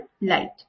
light